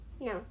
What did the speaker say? No